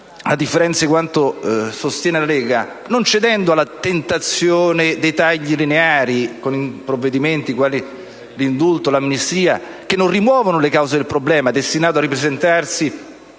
a differenza di quanto sostiene la Lega, non cedendo alla tentazione dei tagli lineari o con provvedimenti quali l'indulto e l'amnistia (che non rimuovono le cause del problema e fanno sì che questo sia